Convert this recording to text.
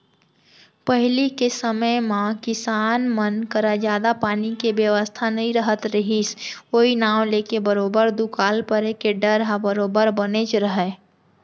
पहिली के समे म किसान मन करा जादा पानी के बेवस्था नइ रहत रहिस ओई नांव लेके बरोबर दुकाल परे के डर ह बरोबर बनेच रहय